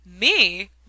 Me